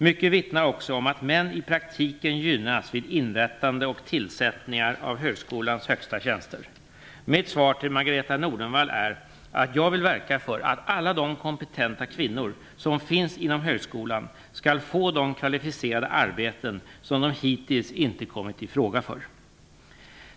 Mycket vittnar också om att män i praktiken gynnas vid inrättande och tillsättningar av högskolans högsta tjänster. Mitt svar till Margareta Nordenvall är att jag vill verka för att alla de kompetenta kvinnor som finns inom högskolan skall få de kvalificerade arbeten som de hittills inte kommit i fråga för.